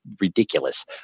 ridiculous